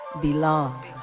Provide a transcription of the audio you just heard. belong